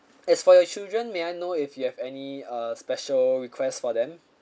as for your children may I know if you have any uh special requests for them